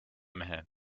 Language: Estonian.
mehe